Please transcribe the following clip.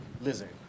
lizard